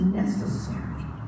necessary